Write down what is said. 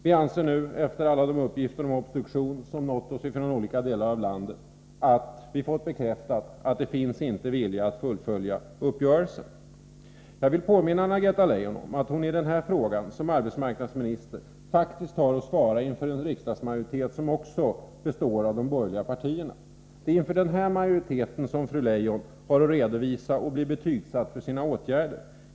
Vi anser att vi nu, efter alla de uppgifter om obstruktion som nått oss från olika delar av landet, har fått bekräftat att det inte finns någon vilja att fullfölja uppgörelsen. Jag vill påminna Anna-Greta Leijon om att hon i den här frågan, som arbetsmarknadsminister, faktiskt har att svara inför en riksdagsmajoritet som också består av de borgerliga partierna. Det är inför denna majoritet fru Leijon har att redovisa sina åtgärder och att bli betygsatt.